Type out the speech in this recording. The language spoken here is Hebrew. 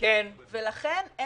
לכן אני